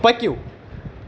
پٔکِو